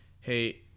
hey